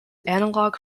analog